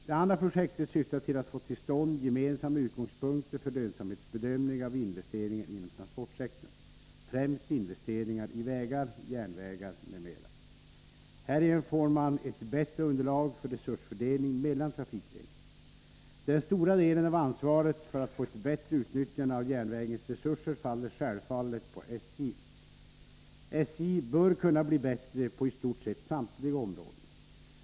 Det andra projektet syftar till att få till stånd gemensamma utgångspunkter för lönsamhetsbedömningar av investeringar inom transportsektorn, främst investeringar i vägar, järnvägar m.m. Härigenom får man ett bättre underlag för resursfördelning mellan trafikgrenarna. Den stora delen av ansvaret för att få ett bättre utnyttjande av järnvägens resurser faller självfallet på SJ. SJ bör kunna bli bättre på i stort sett samtliga områden.